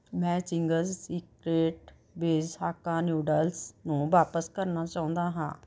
ਮੈਂ Ching's secret veg Hakka noodles ਨੂੰ ਵਾਪਸ ਕਰਨਾ ਚਾਹੁੰਦਾ ਹਾਂ